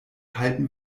halten